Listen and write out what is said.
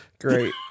Great